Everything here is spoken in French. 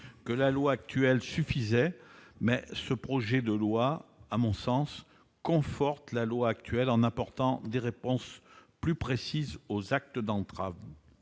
que la loi actuelle suffisait, mais cette proposition de loi, à mon sens, conforte la loi actuelle en apportant des réponses plus précises aux actes d'entrave.